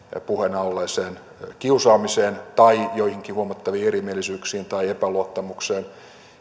puheena olleeseen kiusaamiseen tai joihinkin huomattaviin erimielisyyksiin tai epäluottamukseen